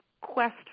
quest